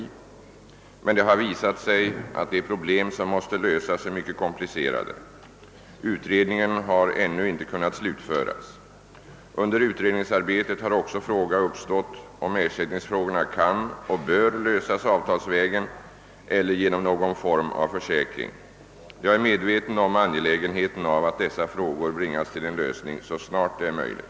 Det har emellertid visat sig att de problem som måste lösas är mycket komplicerade. Utredningen har ännu inte kunnat slutföras. Under utredningsarbetet har också fråga uppstått, om ersättningsfrågorna kan och bör lösas avtalsvägen eller genom någon form av försäkring. Jag är medveten om angelägenheten av att dessa frågor bringas till en lösning så snart det är möjligt.